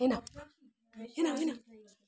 এ না এ না না